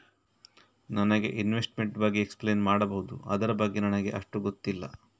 ನನಗೆ ಇನ್ವೆಸ್ಟ್ಮೆಂಟ್ ಬಗ್ಗೆ ಎಕ್ಸ್ಪ್ಲೈನ್ ಮಾಡಬಹುದು, ಅದರ ಬಗ್ಗೆ ನನಗೆ ಅಷ್ಟು ಗೊತ್ತಿಲ್ಲ?